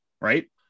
right